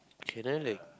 okay then like